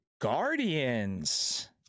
Guardians